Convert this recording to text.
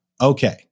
Okay